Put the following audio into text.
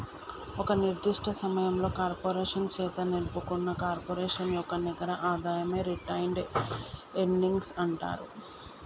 ఒక నిర్దిష్ట సమయంలో కార్పొరేషన్ చేత నిలుపుకున్న కార్పొరేషన్ యొక్క నికర ఆదాయమే రిటైన్డ్ ఎర్నింగ్స్ అంటరు